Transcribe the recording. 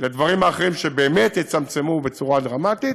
לדברים האחרים, שבאמת יצמצמו בצורה דרמטית,